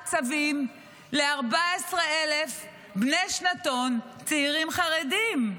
צווים ל-14,000 בני שנתון צעירים חרדים,